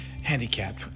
handicap